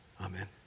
Amen